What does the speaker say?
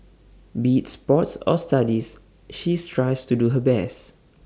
be sports or studies she strives to do her best